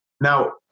Now